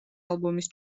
ალბომის